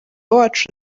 wacu